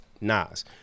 Nas